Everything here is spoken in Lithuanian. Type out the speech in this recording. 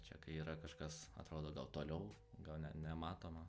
čia kai yra kažkas atrodo gal toliau gal ne nematoma